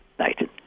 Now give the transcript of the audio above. Nathan